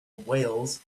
whales